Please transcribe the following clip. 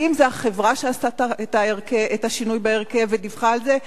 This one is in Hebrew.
האם זו החברה שעשתה את השינוי בהרכב ודיווחה על זה,